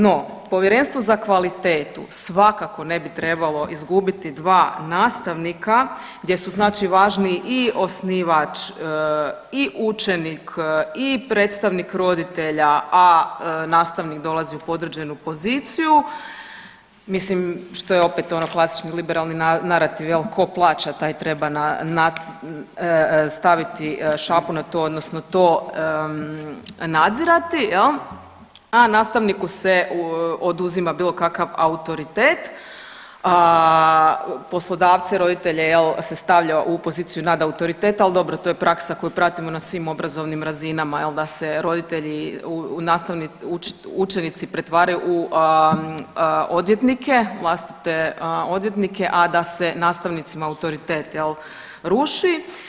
No povjerenstvo za kvalitetu svakako ne bi trebalo izgubiti dva nastavnika gdje su znači važniji i osnivač i učenik i predstavnik roditelja, a nastavnik dolazi u podređenu poziciju, mislim što je opet ono klasični liberalni narativ jel ko plaća taj treba staviti šapu na to odnosno to nadzirati jel, a nastavniku se oduzima bilo kakav autoritet, a poslodavce i roditelje jel se stavlja u poziciju nadautoriteta ali dobro to je praksa koju pratimo na svim obrazovnim razinama jel da se roditelji, učenici pretvaraju u odvjetnike, vlastite odvjetnike, a da se nastavnicima autoritet jel ruši.